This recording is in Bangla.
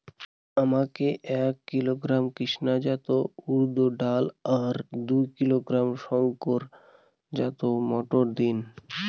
আমাকে এক কিলোগ্রাম কৃষ্ণা জাত উর্দ ডাল আর দু কিলোগ্রাম শঙ্কর জাত মোটর দিন?